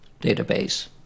database